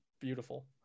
Beautiful